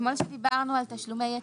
אתמול דיברנו על תשלומי יתר,